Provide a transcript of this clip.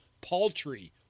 paltry